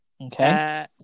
Okay